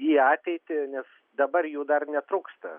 į ateitį nes dabar jų dar netrūksta